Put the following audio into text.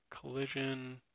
Collision